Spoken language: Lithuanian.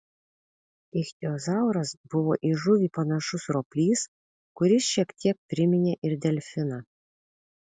ichtiozauras buvo į žuvį panašus roplys kuris šiek tiek priminė ir delfiną